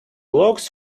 logs